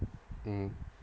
mm